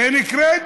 תן לי קרדיט.